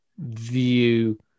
view